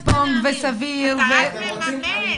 אתה רק מממן.